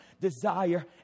desire